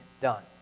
done